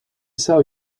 sell